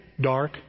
Dark